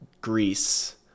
Greece